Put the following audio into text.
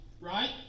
right